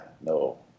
no